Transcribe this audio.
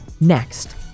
Next